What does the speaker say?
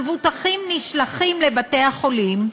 המבוטחים נשלחים לבתי-החולים,